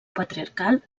patriarcal